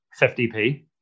50p